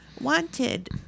Wanted